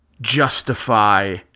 justify